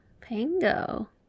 Pango